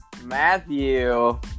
matthew